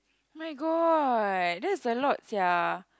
my god that's a lot sia